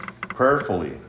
prayerfully